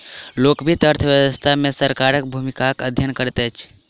लोक वित्त अर्थ व्यवस्था मे सरकारक भूमिकाक अध्ययन करैत अछि